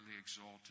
exalted